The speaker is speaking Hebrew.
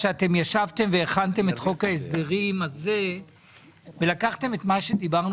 שישבתם והכנתם את חוק ההסדרים הזה ולקחתם את מה שדיברנו